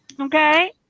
okay